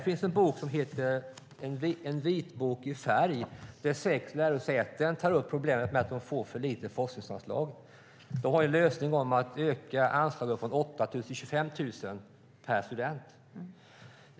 I En vitbok i färg tar sex lärosäten upp problemet med att de får för lite forskningsanslag. En lösning är att öka anslaget från 8 000 till 25 000 per student.